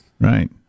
Right